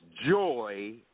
joy